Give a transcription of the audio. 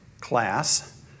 class